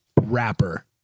rapper